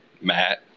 matt